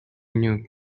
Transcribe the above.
knew